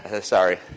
Sorry